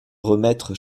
remettre